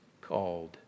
called